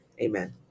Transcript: Amen